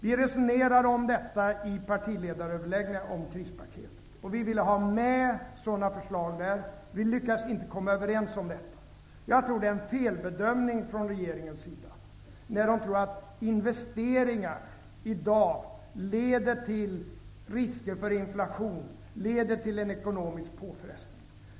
Vi resonerade om detta i partiledaröverläggningarna om krispaket. Vi ville ha med sådana förslag. Vi lyckades inte komma överens. Jag tror det är en felbedömning om regeringen tror att investeringarna i dag leder till risken för inflation och innebär en ekonomisk påfrestning.